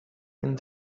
and